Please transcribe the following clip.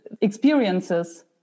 experiences